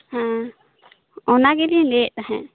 ᱦᱮᱸ ᱚᱱᱟ ᱜᱮᱞᱤᱧ ᱞᱟᱹᱭᱮᱫ ᱛᱟᱦᱮᱫ